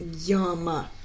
Yum